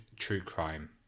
truecrime